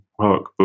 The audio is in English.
workbook